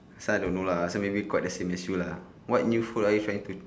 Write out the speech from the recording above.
this one I don't know lah so maybe got the same issue lah what new food are you trying to